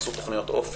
עשו תוכניות אופק.